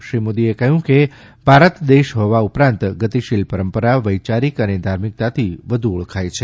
શ્રી મોદીએ કહ્યુંકે ભારત દેશ હોવા ઉપરાંત ગતિશિલ પરંપરા વૈયારીક અને ધાર્મિકતાથી વધુ ઓળખાય છે